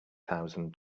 thousand